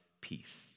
peace